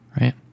right